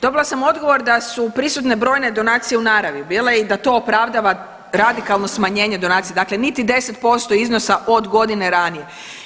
Dobila sam odgovor da su prisutne brojne donacije u naravi bile i da to opravdava radikalno smanjenje donacija, dakle niti 10% iznosa od godine ranije.